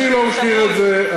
אני לא מכיר את זה.